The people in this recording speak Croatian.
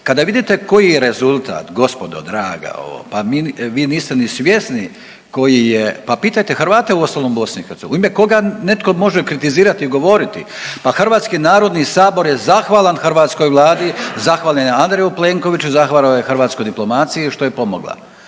Kada vidite koji je rezultat gospodo draga ovo, pa vi niste ni svjesni koji je pa pitajte Hrvate uostalom u BiH. U ime koga netko može kritizirati i govoriti, pa Hrvatski narodni sabor je zahvalan hrvatskoj vladi, zahvalan je Andreju Plenkoviću, zahvalan je hrvatskoj diplomaciji što je pomogla